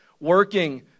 working